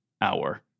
hour